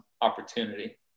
opportunity